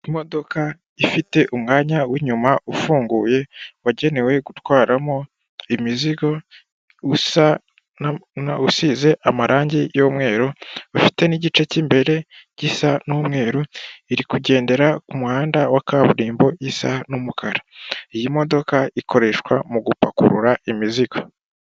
Imodoka ifite umwanya w'inyuma ufunguye wagenewe gutwaramo imizigo usa usize amarangi y'umweru, fite n'igice cy'imbere gisa n'umweru iri kugendera ku muhanda wa kaburimbo isa n'umukara, iyi modoka ikoreshwa mu gupakurura imizigo.